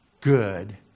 good